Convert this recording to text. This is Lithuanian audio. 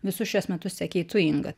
visus šiuos metus sekei tu inga